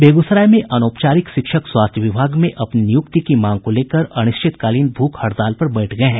बेगूसराय में अनौपचारिक शिक्षक स्वास्थ्य विभाग में अपनी नियुक्ति की मांग को लेकर अनिश्चितकालीन भूख हड़ताल पर बैठ गये हैं